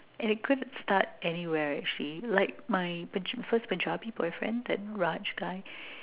and it could start anywhere actually like my first punjabi boyfriend that Raj guy